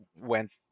went